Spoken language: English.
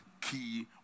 key